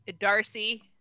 darcy